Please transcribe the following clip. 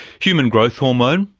human growth hormone,